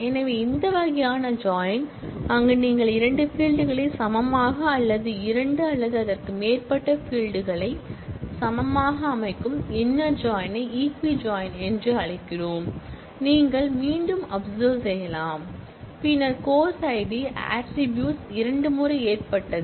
எனவே இந்த வகையான ஜாயின் அங்கு நீங்கள் இரண்டு ஃபீல்ட் களை சமமாக அல்லது இரண்டு அல்லது அதற்கு மேற்பட்ட ஃபீல்ட் களை சமமாக அமைக்கும் இன்னர் ஜாயின் ஐ ஈக்வி ஜாயின் என்றும் அழைக்கப்படுகிறது நீங்கள் மீண்டும் அப்செர்வ் செய்யலாம் பின்னர் course id ஆட்ரிபூட்ஸ் இரண்டு முறை ஏற்பட்டது